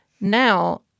now